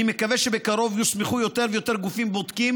אני מקווה שבקרוב יוסמכו יותר ויותר גופים בודקים